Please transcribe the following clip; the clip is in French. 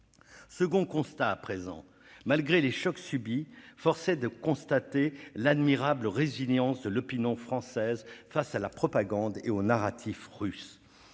Second constat : malgré les chocs subis, force est de constater l'admirable résilience de l'opinion publique française face à la propagande et au narratif russes.